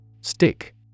Stick